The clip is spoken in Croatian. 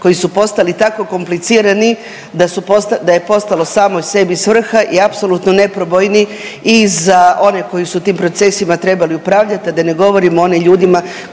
koji su postali tako komplicirani da je postalo samoj sebi svrha i apsolutno neprobojni i za one koji su u tim procesima trebali upravljati, a da ne govorimo o onim ljudima